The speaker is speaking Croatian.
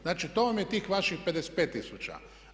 Znači, to vam je tih vaših 55 tisuća.